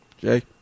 Jay